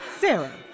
Sarah